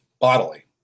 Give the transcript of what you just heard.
bodily